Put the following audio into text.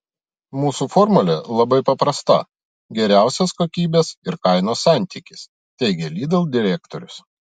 mūsų formulė labai paprasta geriausias kokybės ir kainos santykis teigė lidl direktorius